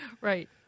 Right